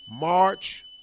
March